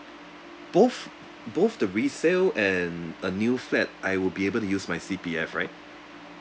both both the resale and a new flat I will be able to use my C_P_F right